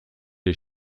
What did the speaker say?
des